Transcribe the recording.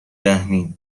رحمین